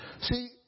See